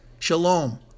Shalom